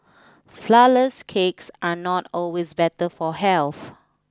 flourless cakes are not always better for health